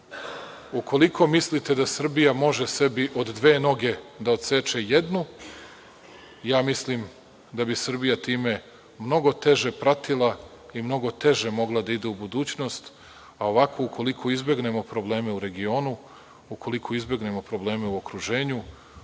ukoliko mislite da Srbija može sebi od dve noge da odseče jednu, ja mislim da bi Srbija time mnogo teže pratila i mnogo teže mogla da ide u budućnost.A ovako ukoliko izbegnemo probleme u regionu, ukoliko izbegnemo probleme u okruženju,